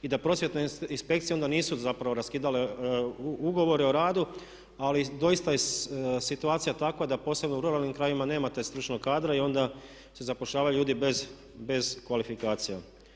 I da prosvjetne inspekcije onda nisu zapravo raskidale ugovore o radu, ali doista je situacija takva da posebno u ruralnim krajevima nemate stručnog kadra i onda se zapošljavaju ljudi bez kvalifikacija.